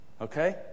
okay